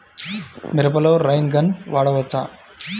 మిరపలో rain gun వాడవచ్చా?